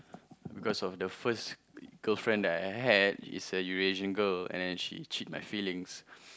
because of the first girlfriend that I had she was a Eurasian girl and she cheat my feelings